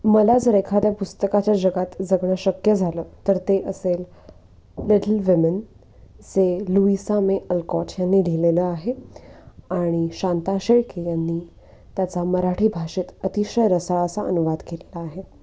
मला जर एखाद्या पुस्तकाच्या जगात जगणं शक्य झालं तर ते असेल लिटल विमेन जे लुईसा मे अल्कॉट ह्यांनी लिहिलेलं आहे आणि शांता शेळके यांनी त्याचा मराठी भाषेत अतिशय रसाळ असा अनुवाद केलेला आहे